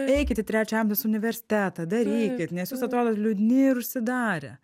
eikit į trečio amžiaus universitetą darykit nes jūs atrodot liūdni ir užsidarę